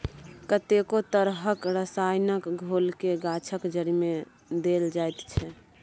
कतेको तरहक रसायनक घोलकेँ गाछक जड़िमे देल जाइत छै